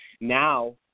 Now